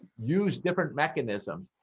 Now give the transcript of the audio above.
used different mechanisms,